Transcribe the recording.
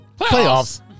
Playoffs